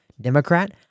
Democrat